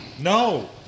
No